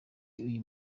uyu